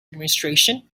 administration